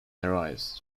arrives